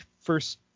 first –